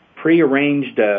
Pre-arranged